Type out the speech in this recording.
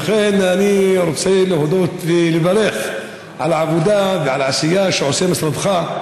לכן אני רוצה להודות ולברך על העבודה ועל העשייה שעושה משרדך.